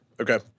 Okay